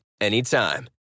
Anytime